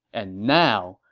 and now,